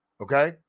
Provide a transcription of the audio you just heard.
okay